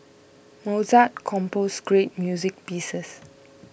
Mozart composed great music pieces